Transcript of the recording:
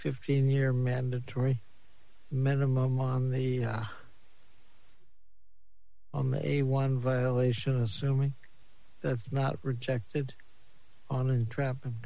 fifteen year mandatory minimum on the on the a one violation assuming that's not rejected on and trap and